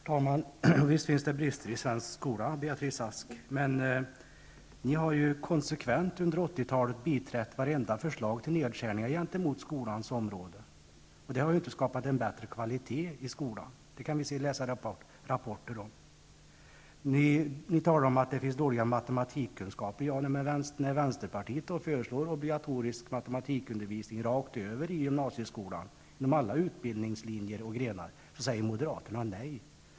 Herr talman! Visst finns det brister i svensk skola, Beatrice Ask. Men ni har ju under 1980-talet konsekvent biträtt vartenda förslag till nedskärning på skolans område, och det har inte skapat en bättre kvalitet i skolan! Det kan vi läsa rapporter om. Ni talar om att matematikkunskaperna är dåliga. Men när vänsterpartiet föreslagit obligatorisk matematikundervisning rakt över i gymnasieskolan, inom alla utbildningslinjer och grenar, har moderaterna sagt nej.